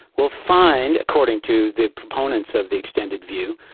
we'll find, according to the proponents of the extended view,